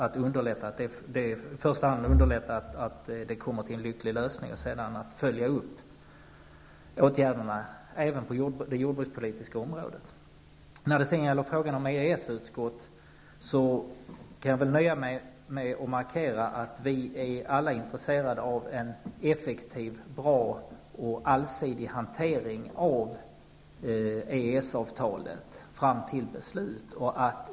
I första hand måste vi underlätta för att GATT avtalet skall få en lycklig lösning, och sedan måste vi följa upp åtgärderna även på det jordbrukspolitiska området. När det sedan gäller frågan om ett EES-utskott, nöjer jag mig med att markera att vi alla är intresserade av en effektiv, bra och allsidig hantering av EES-avtalet fram till dess beslut fattas.